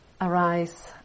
arise